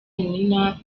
nina